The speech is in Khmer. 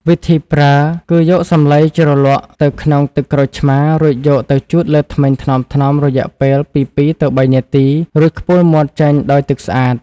វិធីប្រើគឺយកសំឡីជ្រលក់ទៅក្នុងទឹកក្រូចឆ្មារ រួចយកទៅជូតលើធ្មេញថ្នមៗរយៈពេលពី ២ ទៅ ៣ នាទី រួចខ្ពុរមាត់ចេញដោយទឹកស្អាត។